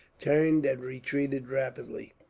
turned and retreated rapidly.